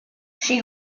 she